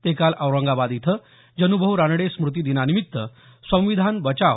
ते काल औरंगाबाद इथं जनुभाऊ रानडे स्मृतिदिनानिमित्त संविधान बचाव